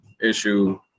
issue